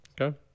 Okay